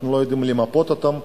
אנחנו לא יודעים למפות אותם.